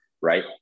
right